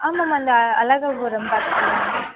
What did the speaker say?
ஆமாம்மா இந்த அழகாபுரம் பக்கத்துலேயாம்மா